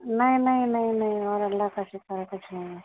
نہیں نہیں نہیں نہیں اور اللہ کا شکر ہے کچھ نہیں ہے